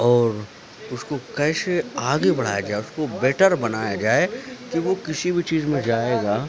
اور اس کو کیسے آگے بڑھایا جائے اس کو بیٹر بنایا جائے کہ وہ کسی بھی چیز میں جائے گا